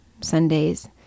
Sundays